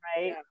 Right